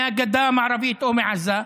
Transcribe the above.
מהגדה המערבית או מעזה,